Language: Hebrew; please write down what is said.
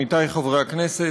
עמיתי חברי הכנסת,